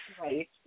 right